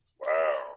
Wow